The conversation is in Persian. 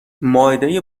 مائده